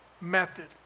method